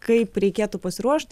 kaip reikėtų pasiruošt